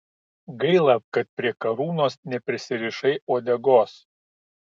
gaila kad prie karūnos neprisirišai uodegos